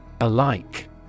Alike